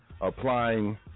Applying